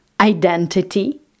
identity